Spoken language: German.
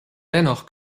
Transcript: dennoch